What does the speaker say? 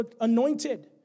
anointed